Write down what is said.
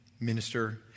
minister